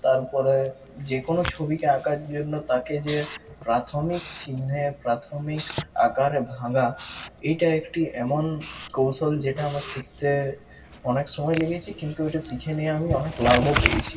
তারপরে যেকোনো ছবিকে আঁকার জন্য তাকে যে প্রাথমিক চিহ্নে প্রাথমিক আকারে ভাঙা এইটা একটি এমন কৌশল যেটা আমার শিখতে অনেক সময় লেগেছে কিন্তু ওইটা শিখে নিয়ে আমি অনেক লাভও পেয়েছি